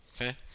okay